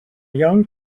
young